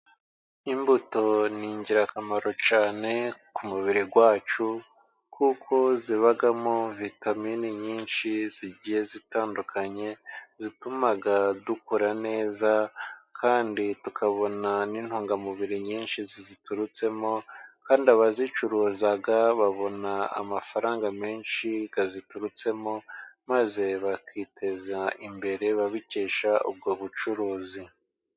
imbuto ni ingirakamaro cyane ku mubiri wacu kuko zibamo vitamine nyinshi zigiye zitandukanye. zitumaga dukora neza, kandi tukabona n'intungamubiri nyinshi ziturutsemo. Kandi abazicuruza babona amafaranga menshi yaziturutsemo, maze bakiteza imbere, babikesha ubwo bucuruzi.